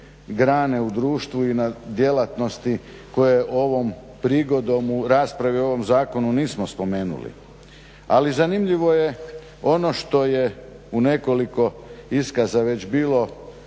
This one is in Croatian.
grane u društvu i na djelatnosti koje ovom prigodom u raspravi o ovom zakonu nismo spomenuli. Ali zanimljivo je ono što je u nekoliko iskaza bilo